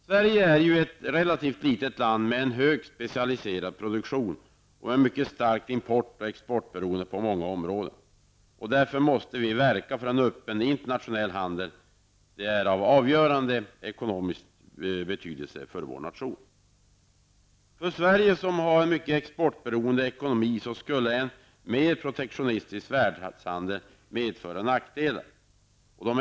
Sverige är ett relativt litet land med högt specialiserad produktion och med ett mycket starkt import och exportberoende på många områden. Därför måste vi verka för en öppen internationell handel. Det är av avgörande ekonomisk betydelse för vår nation. För Sverige, som har en mycket exportberoende ekonomi, skulle en mer protektionistisk världshandel medföra nackdelar.